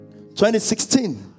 2016